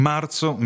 Marzo